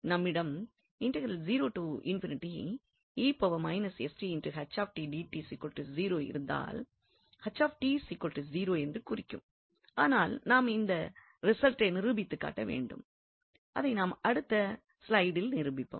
நம்மிடம் இருந்தால் என்று குறிக்கும் ஆனால் நாம் இதன் ரிசல்ட்டை நிரூபித்துக் காட்ட வேண்டும் அதை நாம் அடுத்த ஸ்லைடில் நிரூபிப்போம்